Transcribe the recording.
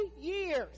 years